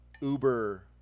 Uber